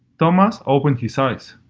thomas opened his eyes,